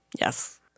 Yes